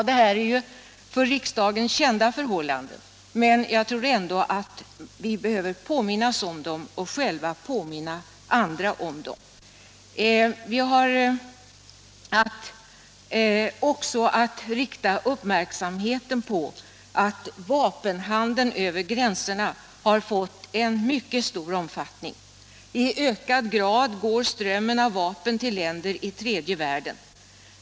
Det här är för riksdagen kända förhållanden, men jag tror ändå att vi behöver påminnas om dem och själva påminna andra om dem. Vi har också att rikta uppmärksamheten på att vapenhandeln över gränserna fått en mycket stor omfattning. I ökad grad går strömmen av vapen till länder i tredje världen.